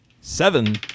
Seven